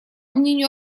мнению